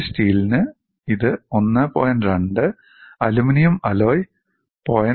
20 aluminium alloy 0